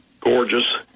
gorgeous